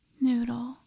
Noodle